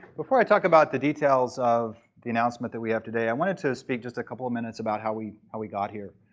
before i talk about the details of the announcement that we have today, i wanted to speak just a couple of minutes about how we how we got here.